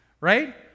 Right